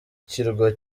kirwa